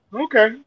Okay